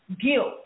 guilt